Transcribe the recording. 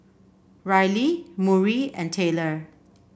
Riley Murry and Taylor